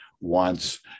wants